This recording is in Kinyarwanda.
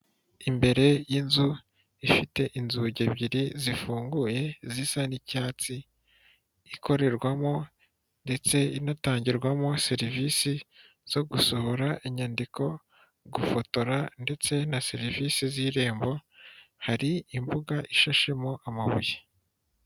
Imbere y'inzu ifite inzugi ebyiri zifunguye zisa n'icyatsi, ikorerwamo ndetse inatangirwamo serivisi zo gusohora inyandiko. Gufotora ndetse na serivisi z'irembo, hari imbuga ishashemo amabuye.